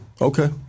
okay